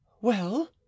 Well